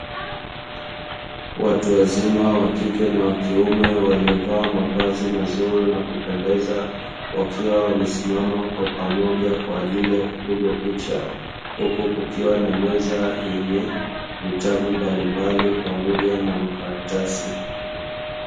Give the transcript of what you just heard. Watu wazima wa kike na wa kiume waliovaa mavazi mazuri na kupendeza, wakiwa wamesimama kwa pamoja kwa ajili ya kupigwa picha, huku kukiwa na meza yenye vitabu mbalimbali pamoja na makaratasi.